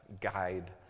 guide